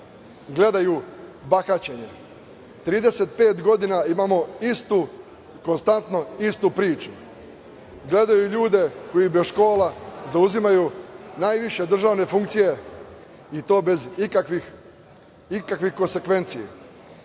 gledaju bahaćenje, 35 godina imamo istu, konstantno istu priču. Gledaju ljude koji bez škola zauzimaju najviše državne funkcije i to bez ikakvih konsekvenci.